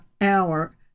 hour